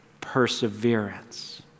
perseverance